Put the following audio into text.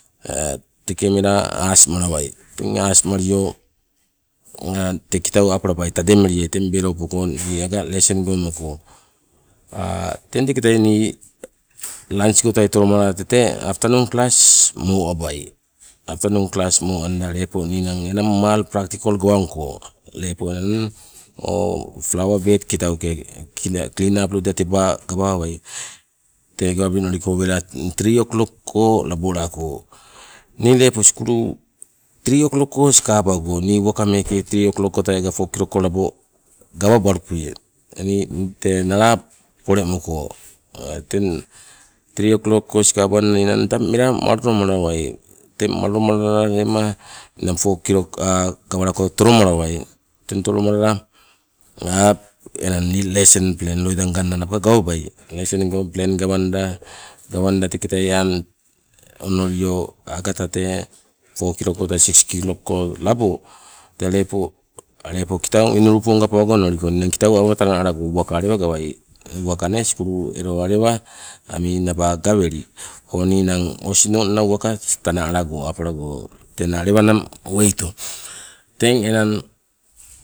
Teke mela aasmalawai teng aas malio tei kitau apalabai tademeliai teng bello poko ni aga lesen meko, teng teketai ni lunch goi tai tolomala tete afternoon class mo abai, afternoon class mo anda lepo ninang mal practical gawangko, lepo enang o flower bed kitauke clean up loida teba gawawai tee gawabili noliko wela three o'clock ko laboalako. Ni lepo sukulu lepo three o'clock go sikabago ni lepo three o'clock goi tai aga four kilok ko labo peekala gawabalupe ni tee nala polemoko. Teng three o'clock ko sikabanda ni tang mela malolo malawai, teng malolo malala lema ninang four kilok gawalako tolomalawai. Teng tolomalala nganna lesson plan loida nganna npo gawabai, lesen plan gawanda teketai onoli agata tee four kilok koitai six kilok ko labo tee lepo, lepo kiatu inuliponga pawago onoliko ninang kitau awa tana alabai uwaka alewananing gawai. Uwaka nee sukulu elo alewa aminaba gaweli o ninang osinonna uwaka tana alago apago tena alewanang weito? Teng enang